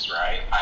right